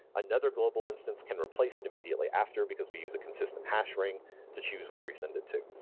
another global instance can replace it immediately after, because we use a consistent hash ring to choose where we send it to.